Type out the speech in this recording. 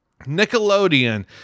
nickelodeon